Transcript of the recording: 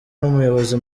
n’umuyobozi